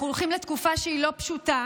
אנחנו הולכים לתקופה שהיא לא פשוטה,